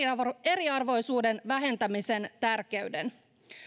ja eriarvoisuuden vähentämisen tärkeyden